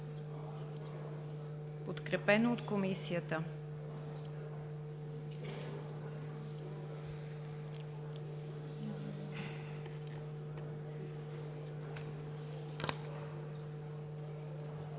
подкрепен от Комисията.